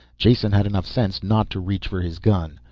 jason had enough sense not to reach for his gun.